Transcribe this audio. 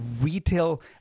retail